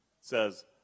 says